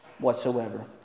whatsoever